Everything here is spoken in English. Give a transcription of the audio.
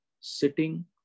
sitting